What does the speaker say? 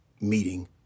meeting